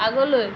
আগলৈ